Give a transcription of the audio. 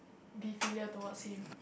be filial towards him